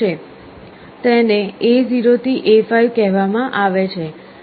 તેને A0 થી A5 કહેવામાં આવે છે